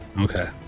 Okay